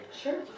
Sure